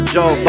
Joe